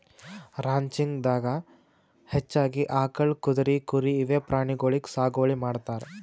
ranching ದಾಗಾ ಹೆಚ್ಚಾಗಿ ಆಕಳ್, ಕುದ್ರಿ, ಕುರಿ ಇವೆ ಪ್ರಾಣಿಗೊಳಿಗ್ ಸಾಗುವಳಿ ಮಾಡ್ತಾರ್